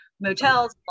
motels